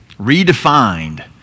redefined